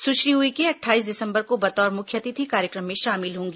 सुश्री उइके अट्ठाईस दिसंबर को बतौर मुख्य अतिथि कार्यक्रम में शामिल होंगी